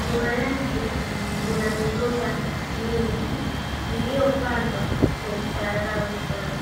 Nyuma yake kuna migomba mingi iliyopandwa kwa ustaarabu sana.